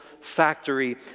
factory